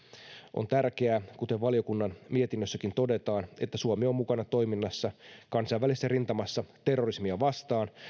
on tärkeää kuten valiokunnan mietinnössäkin todetaan että suomi on mukana toiminnassa kansainvälisessä rintamassa terrorismia vastaan